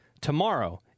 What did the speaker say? tomorrow